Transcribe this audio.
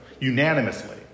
unanimously